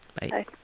Bye